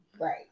Right